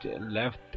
left